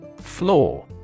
Floor